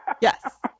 Yes